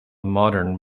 modern